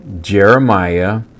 Jeremiah